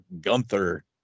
Gunther